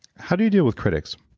how do you deal with critics?